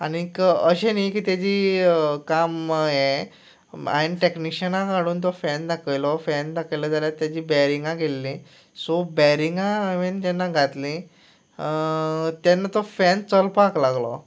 आनीक अशें न्ही की तेजी काम यें हांयन टॅकनिशनाक हाडून तो फॅन दाकयलो फॅन दाकयलो जाल्या तेजीं बॅरिंगां गेल्लीं सो बॅरिंगां हांवें जेन्ना घातलीं तेन्ना तो फॅन चलपाक लागलो